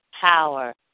power